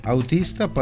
Autista